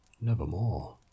nevermore